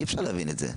אי-אפשר להבין את זה.